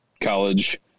college